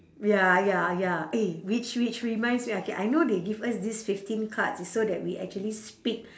ya ya ya eh which which reminds me okay I know they give us these fifteen cards so that we actually speak